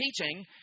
teaching